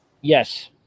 Yes